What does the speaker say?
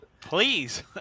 Please